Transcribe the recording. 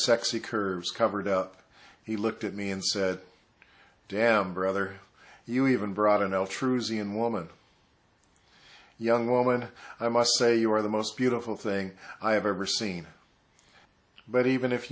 sexy curves covered up he looked at me and said dad brother you even brought in l true z and woman young woman i must say you are the most beautiful thing i have ever seen but even if